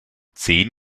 zehn